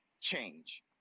change